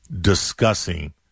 discussing